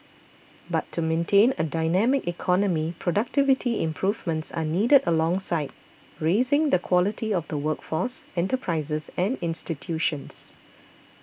but to maintain a dynamic economy productivity improvements are needed alongside raising the quality of the workforce enterprises and institutions